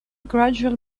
gradual